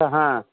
हा